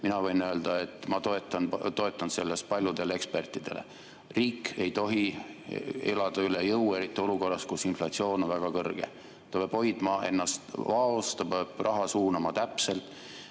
Mina võin öelda, et ma toetun selles paljudele ekspertidele. Riik ei tohi elada üle jõu, eriti olukorras, kus inflatsioon on väga kõrge. Ta peab hoidma ennast vaos, ta peab raha suunama täpselt.